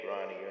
Ronnie